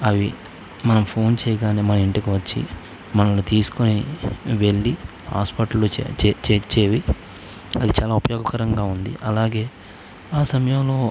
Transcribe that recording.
అవి మనం ఫోన్ చెయ్యగానే మన ఇంటికి వచ్చి మనల్ని తీసుకుని వెళ్ళి హాస్పిటల్లో చేర్చేవి అది చాలా ఉపయోగకరంగా ఉంది అలాగే ఆ సమయంలో